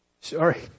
Sorry